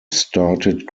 started